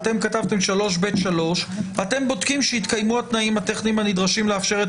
התנאים הטכניים הנדרשים היה